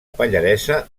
pallaresa